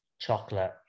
Chocolate